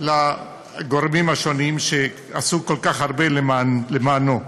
לגורמים שעשו כל כך הרבה למענו.